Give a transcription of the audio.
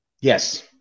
Yes